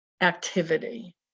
activity